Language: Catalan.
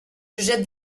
josep